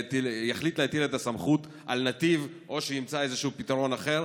להטיל את הסמכות על נתיב או ימצא פתרון אחר.